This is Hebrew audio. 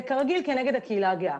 וכרגיל נגד הקהילה הגאה.